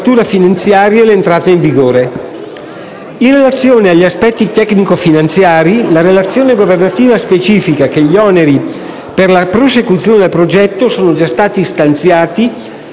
In relazione agli aspetti tecnico-finanziari, la relazione governativa specifica che gli oneri per la prosecuzione del progetto sono già stati stanziati dalla legge di stabilità per il 2016,